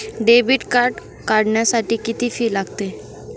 Debit card काढण्यासाठी किती fee लागते?